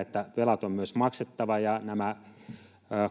että velat on myös maksettava. Nämä